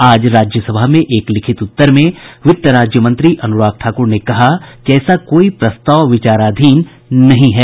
आज राज्यसभा में एक लिखित उत्तर में वित्त राज्य मंत्री अनुराग ठाकुर ने कहा कि ऐसा कोई प्रस्ताव विचाराधीन नहीं है